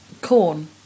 Corn